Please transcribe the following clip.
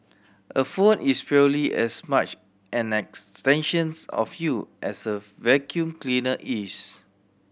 a phone is purely as much an extensions of you as a vacuum cleaner is